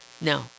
No